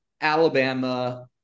Alabama